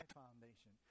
foundation